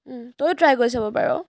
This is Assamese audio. তইও ট্ৰাই কৰি চাব পাৰ